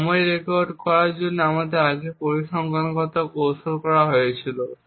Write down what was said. এবং সময় রেকর্ড করার জন্য আগে পরিসংখ্যানগত কৌশলগুলি করা হয়েছিল